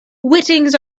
whitings